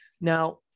Now